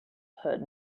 heard